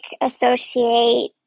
associate